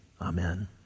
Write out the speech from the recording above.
Amen